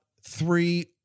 three